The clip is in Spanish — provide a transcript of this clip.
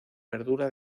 verdura